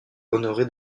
honoré